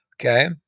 Okay